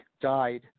died